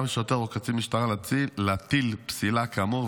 שוטר או קצין משטרה להטיל פסילה כאמור,